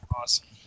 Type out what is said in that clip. Awesome